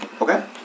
Okay